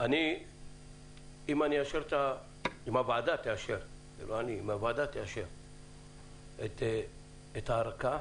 אם הוועדה תאשר את הארכה,